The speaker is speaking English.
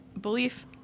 Belief